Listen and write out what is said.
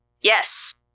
Yes